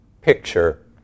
picture